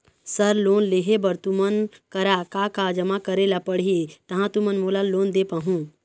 Sir loan लेहे बर तुमन करा का का जमा करें ला पड़ही तहाँ तुमन मोला लोन दे पाहुं?